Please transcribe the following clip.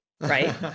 right